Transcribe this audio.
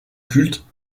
culte